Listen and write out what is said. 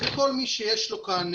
אז כל מי שיש לו כאן